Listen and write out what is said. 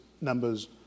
numbers